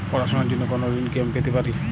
পড়াশোনা র জন্য কোনো ঋণ কি আমি পেতে পারি?